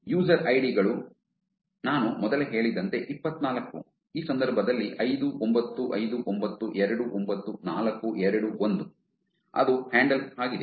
user ID ಗಳು ನಾನು ಮೊದಲೇ ಹೇಳಿದಂತೆ ಇಪ್ಪತ್ತನಾಲ್ಕು ಈ ಸಂದರ್ಭದಲ್ಲಿ ಐದು ಒಂಬತ್ತು ಐದು ಒಂಬತ್ತು ಎರಡು ಒಂಬತ್ತು ನಾಲ್ಕು ಎರಡು ಒಂದು ಅದು ಹ್ಯಾಂಡಲ್ ಆಗಿದೆ